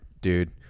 dude